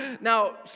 Now